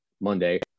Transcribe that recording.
Monday